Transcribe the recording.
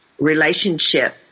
relationship